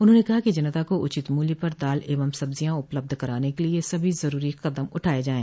उन्होंने कहा कि जनता को उचित मूल्य पर दाल एवं सब्जियां उपलब्ध कराने के लिए सभी जरूरी कदम उठाये जाएं